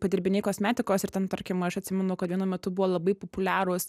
padirbiniai kosmetikos ir ten tarkim aš atsimenu kad vienu metu buvo labai populiarūs